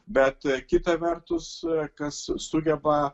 bet kita vertus kas sugeba